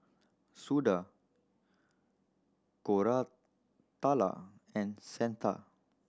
Suda Koratala and Santha